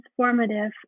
transformative